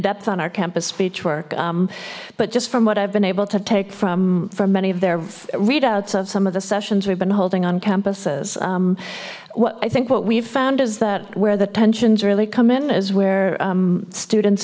depth on our campus speech work but just from what i've been able to take from from many of their readouts of some of the sessions we've been holding on campuses what i think what we've found is that where the tensions really come in is where students